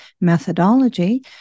methodology